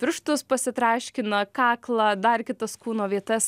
pirštus pasitraškina kaklą dar kitas kūno vietas